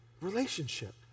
Relationship